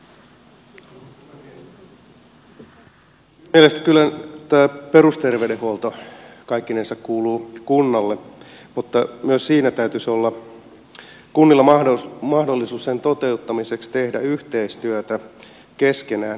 minun mielestäni kyllä tämä perusterveydenhuolto kaikkinensa kuuluu kunnalle mutta myös siinä täytyisi olla kunnilla mahdollisuus sen toteuttamiseksi tehdä yhteistyötä keskenään